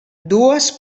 dues